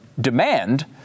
demand